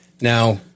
Now